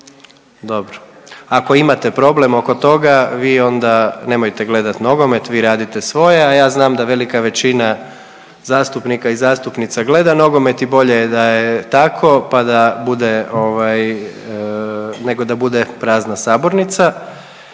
Dobro. Ako imate problem oko toga vi onda nemojte gledat nogomet, vi radite svoje, a ja znam da velika većina zastupnika i zastupnica gleda nogomet i bolje je da je tako pa da bude ovaj, nego da